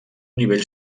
nivell